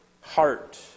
heart